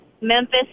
Memphis